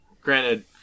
Granted